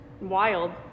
Wild